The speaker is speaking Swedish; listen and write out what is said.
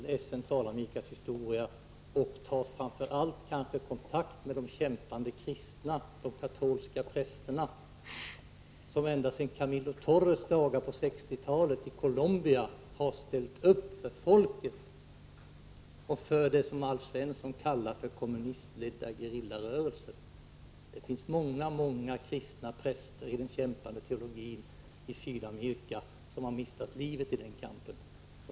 Läs Centralamerikas historia, och ta framför allt kontakt med de kämpande kristna, de katolska prästerna, som ända sedan Camilo Torres dagar på 1960-talet i Colombia har ställt upp för folket och för det som Alf Svensson kallar kommunistledda gerillarörelser! Det är många, många kristna präster i den kämpande teologin i Sydamerika som har mistat livet i denna kamp.